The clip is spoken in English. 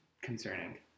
concerning